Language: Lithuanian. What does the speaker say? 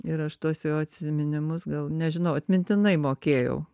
ir aš tuos jo atsiminimus gal nežinau atmintinai mokėjau